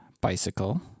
bicycle